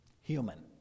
human